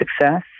success